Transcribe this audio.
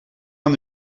aan